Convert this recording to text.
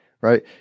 right